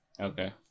Okay